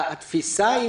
התפיסה היא